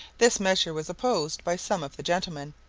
this measure was opposed by some of the gentlemen,